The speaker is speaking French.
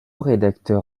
rédacteur